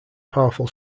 powerful